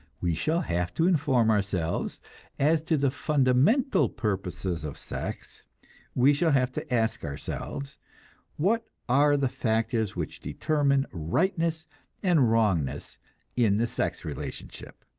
we shall have to inform ourselves as to the fundamental purposes of sex we shall have to ask ourselves what are the factors which determine rightness and wrongness in the sex relationship?